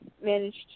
managed